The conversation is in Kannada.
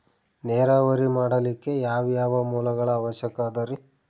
ನೇರಾವರಿ ಮಾಡಲಿಕ್ಕೆ ಯಾವ್ಯಾವ ಮೂಲಗಳ ಅವಶ್ಯಕ ಅದರಿ?